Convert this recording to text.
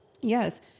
Yes